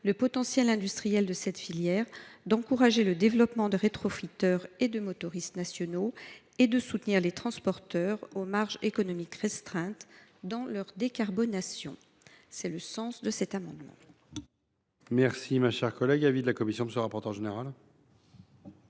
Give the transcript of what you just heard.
le potentiel industriel de cette filière, on encouragerait le développement de rétrofiteurs et de motoristes nationaux, et l’on soutiendrait les transporteurs aux marges économiques restreintes dans leur décarbonation. Tel est le sens de cet amendement.